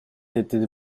était